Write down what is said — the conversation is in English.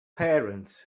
parents